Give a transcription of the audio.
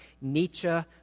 Nietzsche